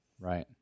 Right